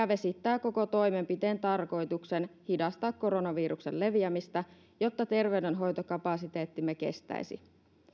vesittää koko toimenpiteiden tarkoituksen hidastaa koronaviruksen leviämistä jotta terveydenhoitokapasiteettimme kestäisi